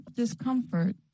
discomfort